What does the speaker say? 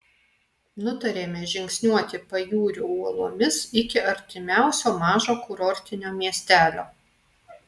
nutarėme žingsniuoti pajūriu uolomis iki artimiausio mažo kurortinio miestelio